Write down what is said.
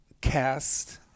cast